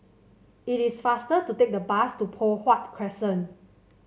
it is faster to take the bus to Poh Huat Crescent